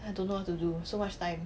I don't know what to do so much time